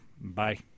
Bye